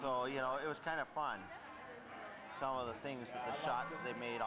oh you know it was kind of fun some of the things that made